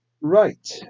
Right